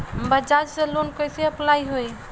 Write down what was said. बज़ाज़ से लोन कइसे अप्लाई होई?